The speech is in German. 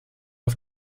auf